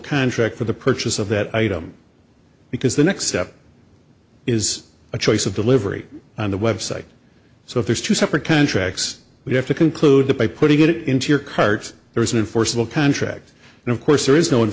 contract for the purchase of that item because the next step is a choice of delivery on the website so if there's two separate contracts we have to conclude that by putting it into your cards there isn't an forcible contract and of course there is no